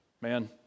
Man